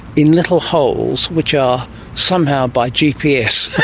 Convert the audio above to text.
in little holes which are somehow by gps,